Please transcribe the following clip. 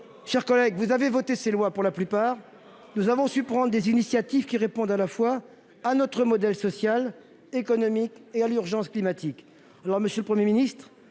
chers collègues, vous avez voté ces lois pour la plupart, nous avons su prendre des initiatives qui répondent à la fois à notre modèle social, économique et à l'urgence climatique